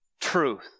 truth